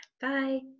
Bye